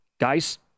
guys